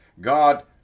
God